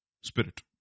spirit